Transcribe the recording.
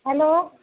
hello